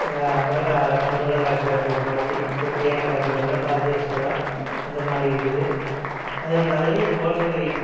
அதை பார்க்க கண்கொள்ளா காட்சியாக இருக்கும் அந்த மாதிரி இயற்கையான காட்சிகள்லாம் பார்த்து ரசிக்கலாம் அந்த மாதிரி இருக்குது அதே மாதிரி கோத்தகிரி